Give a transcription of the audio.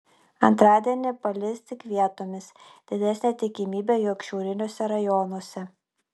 antradienį palis tik vietomis didesnė tikimybė jog šiauriniuose rajonuose